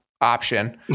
option